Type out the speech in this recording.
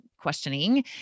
questioning